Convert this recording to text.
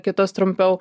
kitos trumpiau